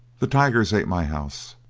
the tigers ate my house,